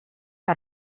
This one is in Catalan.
que